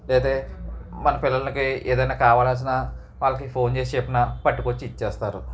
లేతే మన పిల్లలకి ఏదైనా కావలసినా వాళ్ళకి ఫోన్ చేసి చెప్పినా పట్టుకొచ్చి ఇచ్చేస్తారు